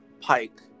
Pike